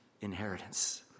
inheritance